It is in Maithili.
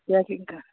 वाकिंगके